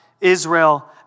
Israel